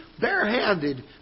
barehanded